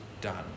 done